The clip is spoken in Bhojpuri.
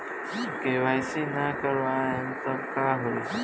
के.वाइ.सी ना करवाएम तब का होई?